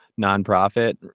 nonprofit